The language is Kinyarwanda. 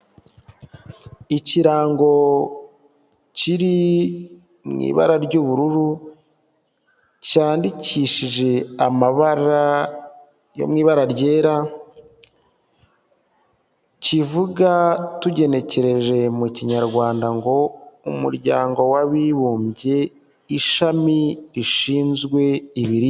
Ikirango kiri mu ibara ry'ubururu cyandikishije amabara yo mu ibara ryera, kivuga tugenekereje mu Kinyarwanda ngo "Umuryango w'abibumbye ishami rishinzwe ibiribwa".